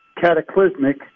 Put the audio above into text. cataclysmic